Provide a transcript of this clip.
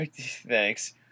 Thanks